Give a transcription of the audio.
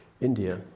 India